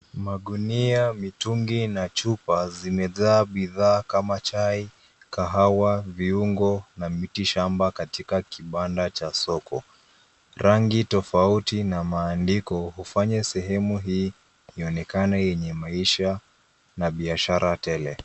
Magunia mitungi na chupa zimejaa bidhaa kama chai kahawa viungo na miti shamba katika kibanda cha soko. Rangi tofauti na maandiko hufanya sehemu hii ionekane yenye maisha na biashara tele.